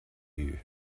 you